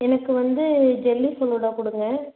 எனக்கு வந்து ஜெல்லி ஃபளூடா கொடுங்க